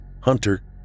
Hunter